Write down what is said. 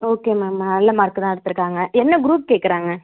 okay ma'am நல்ல mark தான் எடுத்திருக்காங்க என்ன குரூப் கேட்கறாங்க